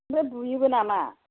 बुयोबो नामा